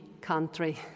country